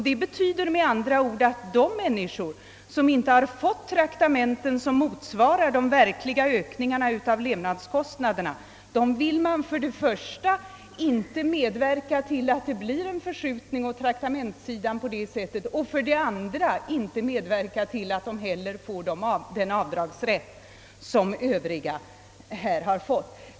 Det betyder med andra ord att man när det gäller de människor, som inte har fått traktamenten motsvarande de verkliga ökningarna av levnadskostnaderna, för det första inte vill medverka till att det blir en förskjutning åt traktamentssidan på detta sätt och för det andra inte vill medverka till att dessa personer får den avdragsrätt som övriga erhållit.